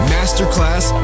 Masterclass